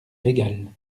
régale